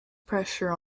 pressure